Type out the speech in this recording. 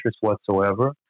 whatsoever